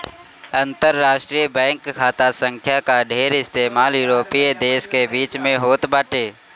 अंतरराष्ट्रीय बैंक खाता संख्या कअ ढेर इस्तेमाल यूरोपीय देस के बीच में होत बाटे